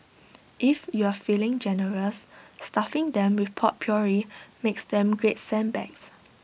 if you're feeling generous stuffing them with potpourri makes them great scent bags